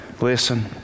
Listen